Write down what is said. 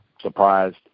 surprised